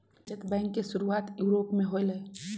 बचत बैंक के शुरुआत यूरोप में होलय